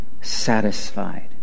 satisfied